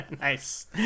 nice